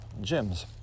gyms